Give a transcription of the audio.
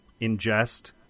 ingest